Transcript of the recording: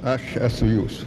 aš esu jūsų